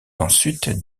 ensuite